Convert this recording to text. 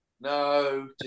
no